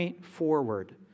forward